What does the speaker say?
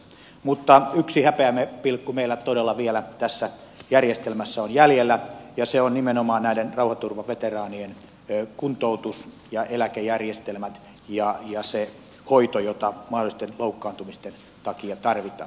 mutta yksi häpeäpilkku meillä todella vielä tässä järjestelmässä on jäljellä ja se on nimenomaan näiden rauhanturvaveteraanien kuntoutus ja eläkejärjestelmät ja se hoito jota mahdollisten loukkaantumisten takia tarvitaan